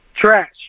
Trash